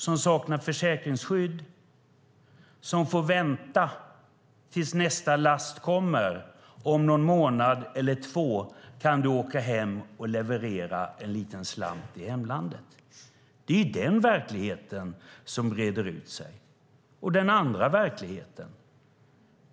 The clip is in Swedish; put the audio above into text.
De saknar försäkringsskydd och får vänta tills nästa last kommer om en månad eller två så att de kan åka hem och leverera en liten slant till hemlandet. Det är den verkligheten som breder ut sig. Det är den andra verkligheten.